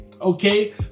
okay